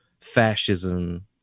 fascism